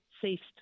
ceased